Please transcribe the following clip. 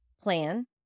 plan